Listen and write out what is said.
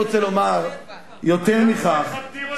אתה רוצה להגן על שמך או שאתה רוצה לתקוף אותה?